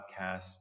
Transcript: podcast